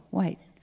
White